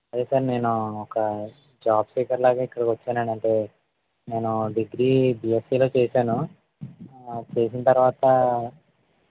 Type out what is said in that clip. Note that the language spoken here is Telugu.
అదే సార్ నేను ఒక జాబ్ సీకర్ లాగా ఇక్కడికి వచ్చాను అంటే నేను డిగ్రీ బిఎస్సిలో చేసాను చేసిన తర్వాత